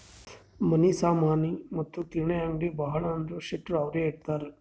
ಮನಿ ಸಾಮನಿ ಮತ್ತ ಕಿರಾಣಿ ಅಂಗ್ಡಿ ಭಾಳ ಅಂದುರ್ ಶೆಟ್ಟರ್ ಅವ್ರೆ ಇಡ್ತಾರ್